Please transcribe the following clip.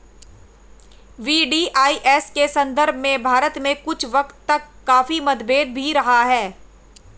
VDIS के संदर्भ में भारत में कुछ वक्त तक काफी मतभेद भी रहा है